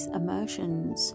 emotions